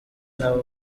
n’abo